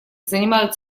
занимают